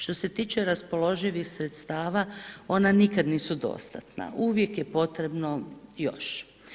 Što se tiče raspoloživih sredstava ona nikad nisu dostatna, uvijek je potrebno još.